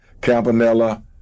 Campanella